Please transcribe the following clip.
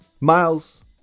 Miles